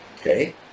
okay